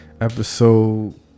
episode